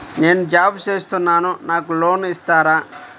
నేను జాబ్ చేస్తున్నాను నాకు లోన్ ఇస్తారా?